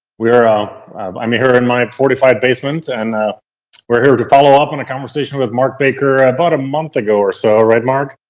ah i mean here in my forty five basement, and we're here to follow up on a conversation with mark baker about a month ago or so. right mark?